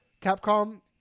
Capcom